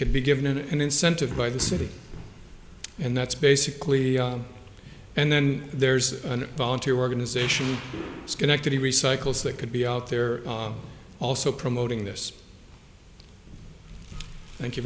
could be given an incentive by the city and that's basically and then there's a volunteer organization schenectady recycles that could be out there also promoting this thank you